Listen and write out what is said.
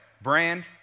brand